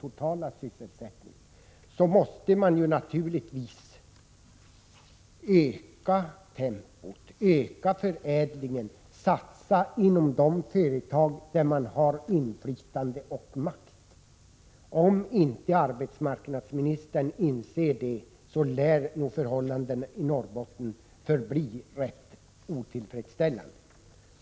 Staten måste naturligtvis öka tempot, öka förädlingen och satsa inom de företag där man har inflytande och makt. Om arbetsmarknadsministern inte inser det, lär nog förhållandena i Norrbotten förbli otillfredsställande.